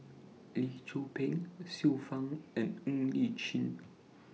Lee Tzu Pheng Xiu Fang and Ng Li Chin